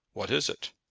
what is it?